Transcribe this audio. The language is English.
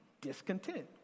discontent